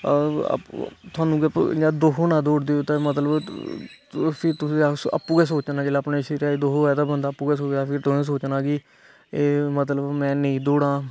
थुहानू गै इयां दुख होना दौड़दा होई ते मतलब उसी तुसे आपू गै सोचना जिसले अपने शरिरे गी दुख होऐ ते बंदा आपू गै सोचदा फिर तुसे सोचना कि एह् मतलब में नेई दौडां